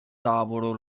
tavolo